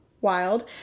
wild